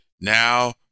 Now